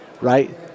right